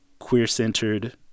queer-centered